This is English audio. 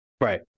Right